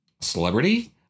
celebrity